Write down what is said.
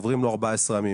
צוברים לו 14 ימים.